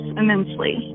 immensely